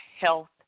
health